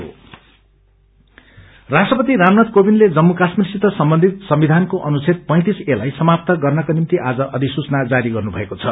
notification प्रेज राष्ट्रपति रामनाथ क्रविन्दले जम्मू क्रश्रमीरसित सम्बन्धित संविधानको अनुच्छेद ए लाई सामात्त गर्नका निम्ति आज अधिसूचना जारी गर्नुभएको छ